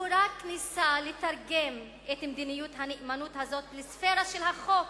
הוא רק ניסה לתרגם את מדיניות הנאמנות הזאת לספירה של החוק,